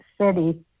city